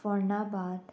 फोण्णां भात